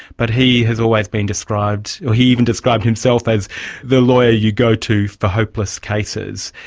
but he has always been described, he even described himself as the lawyer you go to for hopeless cases.